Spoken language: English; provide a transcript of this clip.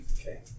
Okay